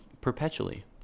perpetually